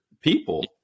people